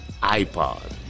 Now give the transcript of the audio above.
iPod